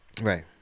Right